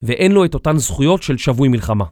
ואין לו את אותן זכויות של שבוי מלחמה